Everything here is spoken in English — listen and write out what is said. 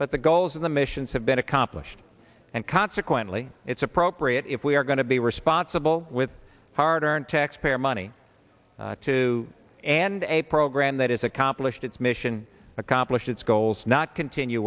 but the goals of the missions have been accomplished and consequently it's appropriate if we are going to be responsible with hard earned taxpayer money too and a program that is accomplished its mission accomplished its goals not continue